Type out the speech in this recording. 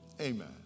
Amen